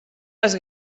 les